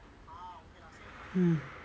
mm